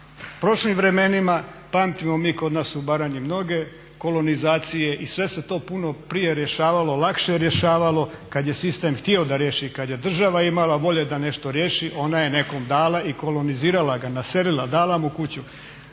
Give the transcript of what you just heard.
o prošlim vremenima, pamtimo mi kod nas u Baranji mnoge kolonizacije i sve se to puno prije rješavalo, lakše rješavalo kad je sistem htio da riješi i kad je država ima volje da nešto riješi ona je nekom dala i kolonizirala ga, naselila, dala mu kuću.